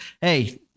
hey